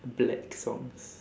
black songs